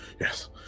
yes